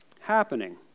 happening